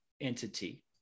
entity